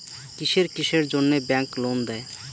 কিসের কিসের জন্যে ব্যাংক লোন দেয়?